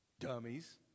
Dummies